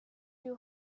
two